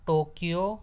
Tokyo